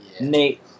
Nate